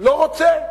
לא רוצה.